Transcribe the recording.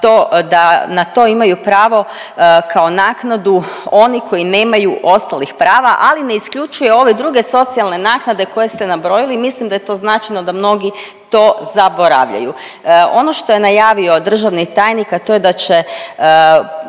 da na to imaju pravo kao naknadu oni koji nemaju ostalih prava, ali ne isključuje ove druge socijalne naknade koje ste nabrojili. Mislim da je to značajno da mnogi to zaboravljaju. Ono što je najavio državni tajnik, a to je da će